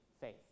faith